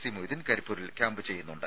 C Moideen കരിപ്പൂരിൽ camp ചെയ്യുന്നുണ്ട്